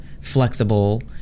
flexible